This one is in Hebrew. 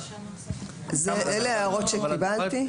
אלה ההערות שקיבלתי.